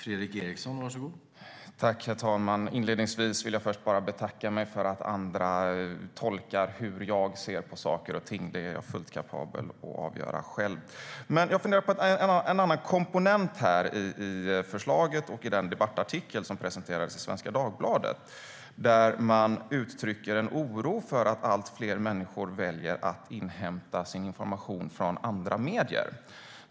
Herr talman! Inledningsvis vill jag betacka mig för att andra tolkar hur jag ser på saker och ting. Det är jag fullt kapabel att avgöra själv. Jag funderar på en annan komponent i förslaget och i den debattartikel som presenterades i Svenska Dagbladet. Där uttrycker man en oro för att allt fler människor väljer att inhämta sin information från andra medier.